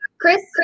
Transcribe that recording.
Chris